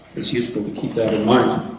it's useful to keep that in mind.